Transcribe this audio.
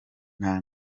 nta